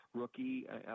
rookie